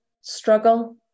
struggle